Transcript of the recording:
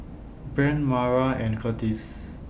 Brent Mayra and Curtiss